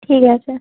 ঠিক আছে